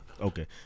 Okay